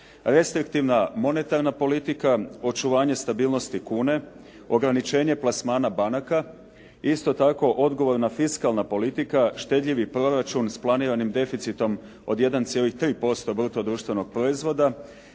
Restriktivna monetarna politika, očuvanje stabilnosti kune, ograničenje plasmana banaka, isto tako odgovorna fiskalna politika, štedljivi proračun s planiranim deficitom od 1,3% bruto društvenog proizvoda